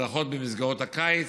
הדרכות במסגרות הקיץ,